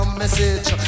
message